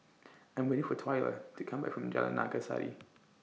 I'm waiting For Twyla to Come Back from Jalan Naga Sari